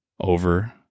over